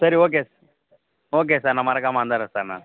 சரி okay okay sir நான் மறக்காமல் வந்தடுறேன் சார் நான்